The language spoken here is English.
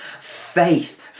Faith